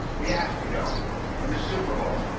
the astrodome and the super bowl.